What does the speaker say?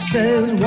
Says